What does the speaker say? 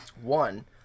one